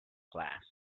class